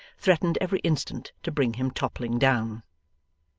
threatened every instant to bring him toppling down.